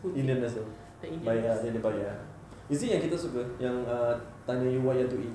indian nurse itu baya dia dia baya is it yang kita suka yang err tanya you what you want to eat